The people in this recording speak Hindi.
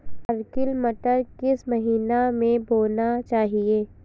अर्किल मटर किस महीना में बोना चाहिए?